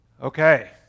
Okay